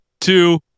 two